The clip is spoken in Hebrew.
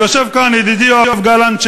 ויושב כאן ידידי יואב גלנט,